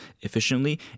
efficiently